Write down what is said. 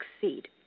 succeed